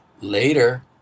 Later